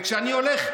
וכשאני הולך,